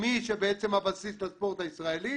מי שהוא הבסיס של הספורט הישראלי